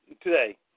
today